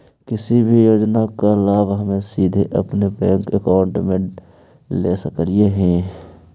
किसी भी योजना का लाभ हम सीधे अपने बैंक अकाउंट में ले सकली ही?